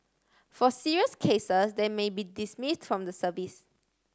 for serious cases they may be dismiss from the service